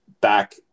Back